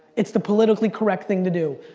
it's the politically correct thing to do.